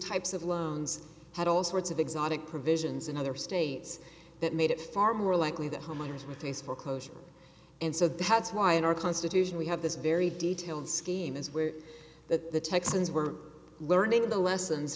types of loans had all sorts of exotic provisions in other states that made it far more likely that homeowners with face foreclosure and so that's why in our constitution we have this very detailed scheme is where the texans were learning the lessons